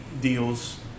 deals